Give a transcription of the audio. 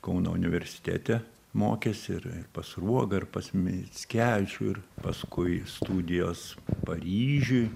kauno universitete mokėsi ir ir pas sruogą ir pas mickevičių ir paskui studijos paryžiuj